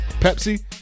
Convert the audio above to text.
Pepsi